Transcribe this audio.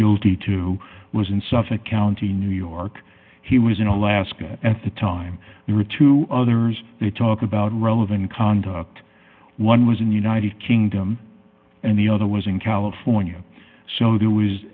guilty to was in suffolk county new york he was in alaska at the time there were two others they talk about relevant conduct one was in united kingdom and the other was in california so there was